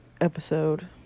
episode